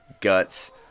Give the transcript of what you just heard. Guts